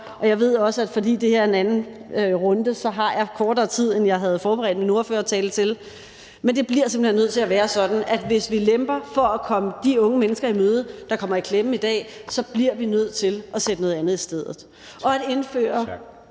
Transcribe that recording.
og jeg ved også, at fordi det her er en anden runde, så har jeg kortere tid, end jeg havde forberedt min ordførertale til at vare. Men det bliver simpelt hen nødt til at være sådan, at hvis vi lemper for at komme de unge mennesker i møde, der kommer i klemme i dag, så bliver vi nødt til at sætte noget andet i stedet. Og at indføre